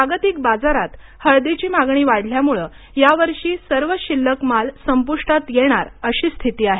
जागतिक बाजारात हळदीची मागणी वाढल्यामुळे यावर्षी सर्व शिल्लक माल संपुष्टात येणार अशी स्थिती आहे